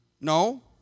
No